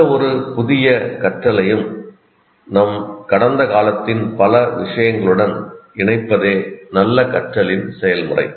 எந்தவொரு புதிய கற்றலையும் நம் கடந்த காலத்தின் பல விஷயங்களுடன் இணைப்பதே நல்ல கற்றலின் செயல்முறை